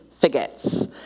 forgets